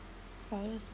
proudest mo~